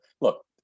look